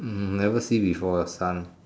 hmm never see before a sun